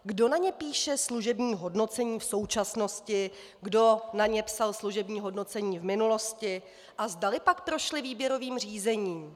Kdo na ně píše služební hodnocení v současnosti, kdo na ně psal služební hodnocení v minulosti a zdalipak prošli výběrovým řízením?